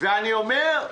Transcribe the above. ואני אומר,